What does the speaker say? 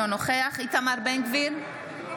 אינו נוכח איתמר בן גביר,